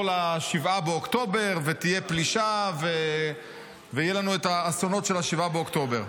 ל-7 באוקטובר ותהיה פלישה ויהיו לנו את האסונות של 7 באוקטובר.